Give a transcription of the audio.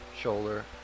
shoulder